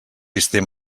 altres